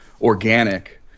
organic